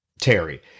Terry